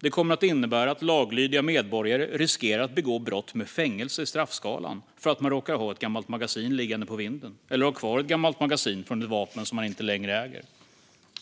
Det kommer att innebära att laglydiga medborgare riskerar att begå brott med fängelse i straffskalan för att de råkar ha ett gammalt magasin liggande på vinden eller ha kvar ett gammalt magasin från ett vapen som de inte längre äger.